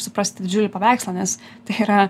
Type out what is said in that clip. suprasti didžiulį paveikslą nes tai yra